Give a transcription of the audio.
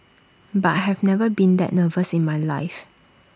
but I have never been that nervous in my life